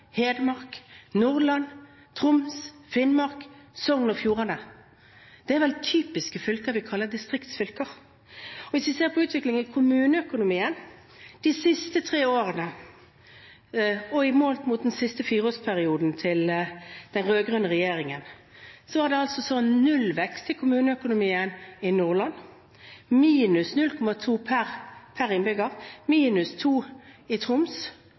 Hedmark, Nordland, Troms, Finnmark og Sogn og Fjordane. Det er typisk fylker vi kaller distriktsfylker. Hvis vi ser på utviklingen i kommuneøkonomien de siste tre årene målt mot den siste fireårsperioden til den rød-grønne regjeringen: Da var det nullvekst i kommuneøkonomien i Nordland, minus 0,2 per innbygger, minus 0,2 i Troms